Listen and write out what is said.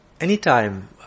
Anytime